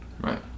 Right